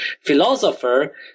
philosopher